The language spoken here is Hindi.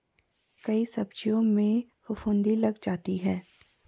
कई सब्जियों में फफूंदी लग जाता है